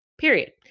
period